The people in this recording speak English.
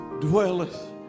dwelleth